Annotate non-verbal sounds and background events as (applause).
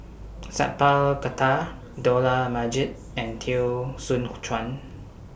Sat Pal Khattar Dollah Majid and Teo Soon (noise) Chuan